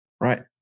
Right